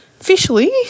officially